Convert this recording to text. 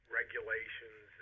regulations